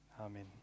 Amen